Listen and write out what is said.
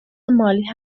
مالی